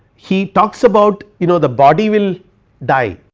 he talks about you know the body will die,